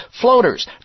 floaters